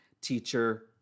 teacher